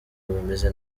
bameze